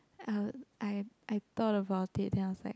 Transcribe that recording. uh I I thought about it then I was like